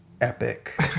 epic